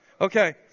Okay